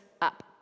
up